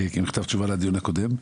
כמכתב תשובה לדיון הקודם.